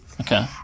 Okay